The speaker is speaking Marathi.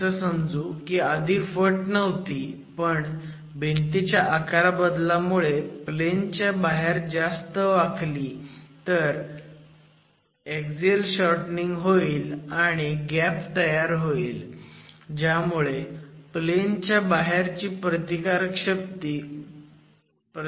असं समजू की आधी फट नव्हती पण भिंतीच्या आकारबदलामुळे प्लेन च्या बाहेर जास्त वाकली तर एक्झिअल शॉर्टनिंग होईल आणि गॅप तयार होईल ज्यामुळे प्लेन च्या बाहेर ची प्रतिकारक्षमता कमी होईल